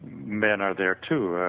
men are there too,